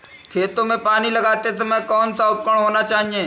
खेतों में पानी लगाते समय कौन सा उपकरण होना चाहिए?